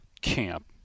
camp